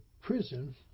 prison